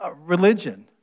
religion